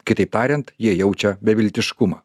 kitaip tariant jie jaučia beviltiškumą